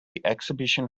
exhibition